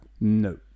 No